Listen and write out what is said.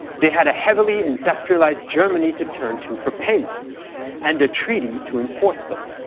they had a heavily industrialised germany to turn to for payments and a treaty to enforce them.